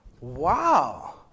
wow